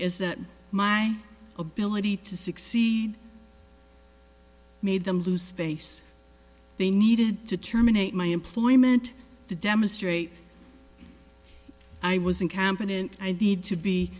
is that my ability to succeed made them lose face they needed to terminate my employment to demonstrate i was incompetent aidid to be